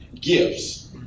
gifts